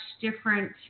different